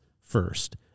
first